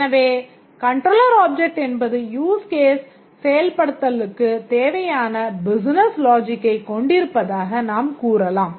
எனவே Controller Object என்பது Use Case செயல்படுத்தலுக்குத் தேவையான பிசினஸ் லாஜிக்கை கொண்டிருப்பதாக நாம் கூறலாம்